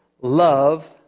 Love